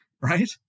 right